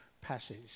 passage